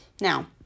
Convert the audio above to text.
Now